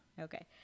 Okay